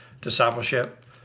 discipleship